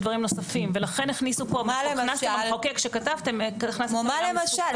של דברים נוספים ולכן הכוונה של המחוקק שכתבתם --- כמו מה למשל?